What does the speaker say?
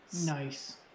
Nice